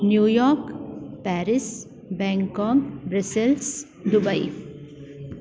New York Paris Bangkok Brussels Dubai